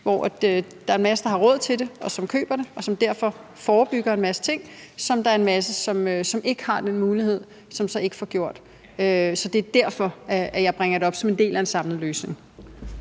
hvor der er en masse mennesker, som har råd til det, som køber det, og som derfor forebygger en masse ting, og så er der en masse andre, som ikke har den mulighed, og som så ikke får gjort det. Så det er derfor, jeg bringer det op som en del af en samlet løsning.